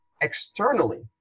externally